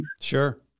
Sure